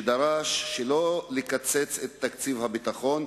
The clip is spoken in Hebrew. שדרש שלא לקצץ את תקציב הביטחון.